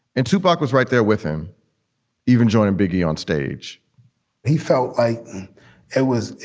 and tupac was right there with him even joining biggie onstage he felt like it was,